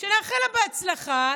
נאחל לה בהצלחה,